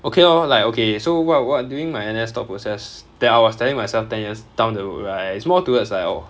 okay lor like okay so what what during my N_S thought process that I was telling myself ten years down the road right it's more towards like oh